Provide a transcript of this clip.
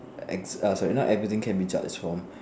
ex err sorry not everything can be judged from